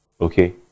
okay